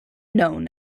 known